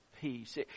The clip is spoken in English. peace